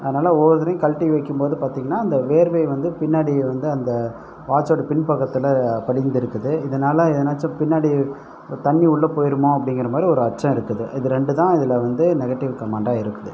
அதனால் ஒவ்வொரு தடவையும் கழட்டி வைக்கிம் போது பார்த்திங்ன்னா அந்த வேர்வை வந்து பின்னாடி வந்து அந்த வாட்ச்சோட பின் பக்கத்தில் படிந்து இருக்குது இதனால் ஏதுனாச்சும் பின்னாடி தண்ணிர் உள்ளே போயிடுமோ அப்படிங்கற மாதிரி ஒரு அச்சம் இருக்குது இது ரெண்டு தான் இதில் வந்து நெகட்டிவ் கமெண்டாக இருக்குது